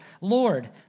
Lord